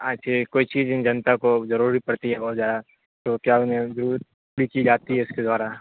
اچھا کوئی چیز جنتا کو ضروری پڑتی ہے بہت زیادہ تو کیا انھیں کی جاتی ہے اس کے دوارا